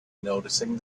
noticing